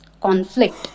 conflict